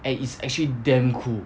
and it's actually damn cool